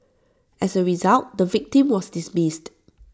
as A result the victim was dismissed